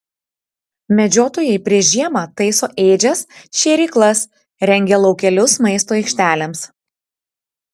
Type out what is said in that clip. medžiotojai prieš žiemą taiso ėdžias šėryklas rengia laukelius maisto aikštelėms